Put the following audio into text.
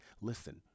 listen